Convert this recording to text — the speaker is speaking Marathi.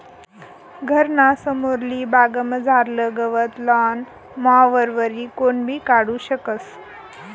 घरना समोरली बागमझारलं गवत लॉन मॉवरवरी कोणीबी काढू शकस